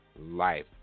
life